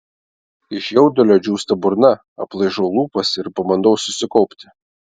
iš jaudulio džiūsta burna aplaižau lūpas ir pabandau susikaupti